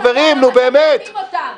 חברים, באמת.